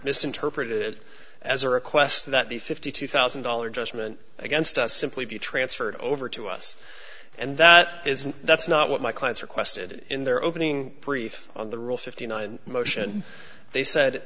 misinterpreted it as a request that the fifty two thousand dollars judgment against us simply be transferred over to us and that is that's not what my clients requested in their opening brief on the rule fifty nine motion they said